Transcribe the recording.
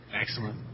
excellent